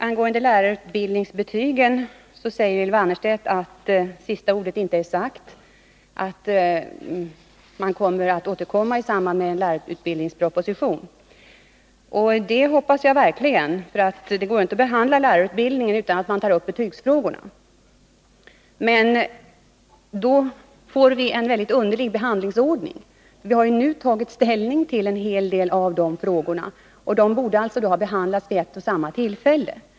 Angående lärarutbildningsbetygen säger Ylva Annerstedt att sista ordet inte är sagt och att man återkommer i samband med en lärarutbildningsproposition. Det hoppas jag verkligen. Det går inte att behandla lärarutbildningen utan att ta upp betygsfrågorna. Men då får vi en underlig behandlingsordning. Vi tar i dag ställning till en hel del av betygsfrågorna. Det hade varit bättre att samtliga dessa frågor behandlades vid ett och samma tillfälle.